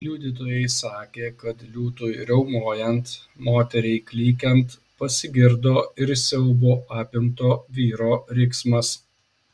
liudytojai sakė kad liūtui riaumojant moteriai klykiant pasigirdo ir siaubo apimto vyro riksmas